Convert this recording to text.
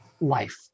life